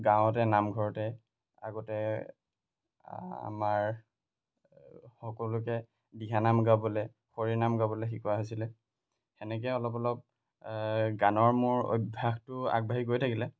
গাঁৱতে নামঘৰতে আগতে আমাৰ সকলোকে দিহানাম গাবলৈ হৰিনাম গাবলৈ শিকোৱা হৈছিলে তেনেকৈ অলপ অলপ গানৰ মোৰ অভ্যাসটো আগবাঢ়ি গৈ থাকিলে